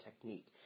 technique